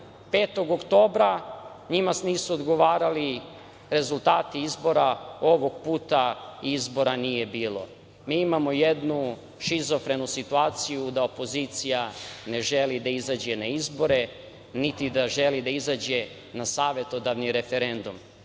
5. oktobra njima nisu odgovarali rezultati izbora. Ovog puta izbora nije bilo. Mi imamo jednu šizofrenu situaciju da opozicija ne želi da izađe na izbore, niti da želi da izađe na savetodavni referendum.